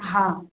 हा